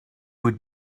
would